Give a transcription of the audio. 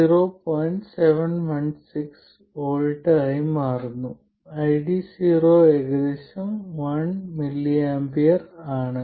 716 V ആയി മാറുന്നു ID0 ഏകദേശം 1mA ആണ്